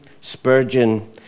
Spurgeon